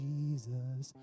Jesus